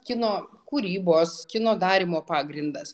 kino kūrybos kino darymo pagrindas